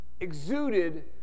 exuded